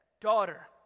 Daughter